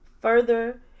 further